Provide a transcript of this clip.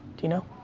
do you know?